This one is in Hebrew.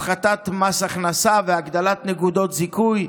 הפחתת מס הכנסה והגדלת נקודות זיכוי.